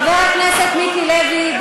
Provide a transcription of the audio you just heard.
חבר הכנסת מיקי לוי,